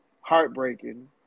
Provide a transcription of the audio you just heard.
heartbreaking